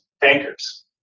bankers